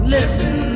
Listen